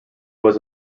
was